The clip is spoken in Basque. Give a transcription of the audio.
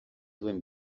duen